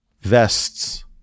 vests